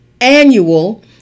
Annual